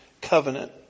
Covenant